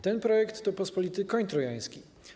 Ten projekt to pospolity koń trojański.